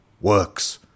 works